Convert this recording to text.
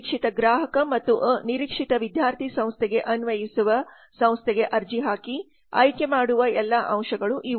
ನಿರೀಕ್ಷಿತ ಗ್ರಾಹಕ ಅಥವಾ ನಿರೀಕ್ಷಿತ ವಿದ್ಯಾರ್ಥಿ ಸಂಸ್ಥೆಗೆ ಅನ್ವಯಿಸುವ ಸಂಸ್ಥೆಗೆ ಅರ್ಜಿ ಹಾಕಿ ಆಯ್ಕೆ ಮಾಡುವ ಎಲ್ಲಾ ಅಂಶಗಳು ಇವು